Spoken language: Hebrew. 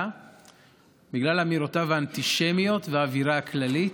בגלל אמירותיו האנטישמיות והאווירה הכללית,